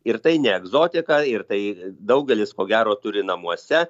ir tai ne egzotika ir tai daugelis ko gero turi namuose